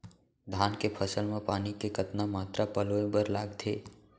धान के फसल म पानी के कतना मात्रा पलोय बर लागथे?